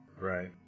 Right